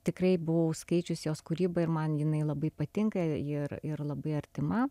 tikrai buvau skaičiusi jos kūrybą ir man jinai labai patinka ir ir labai artima